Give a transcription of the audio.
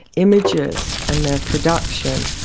images, and their production,